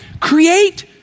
create